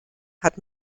hat